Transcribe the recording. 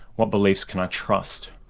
what beliefs can i trust?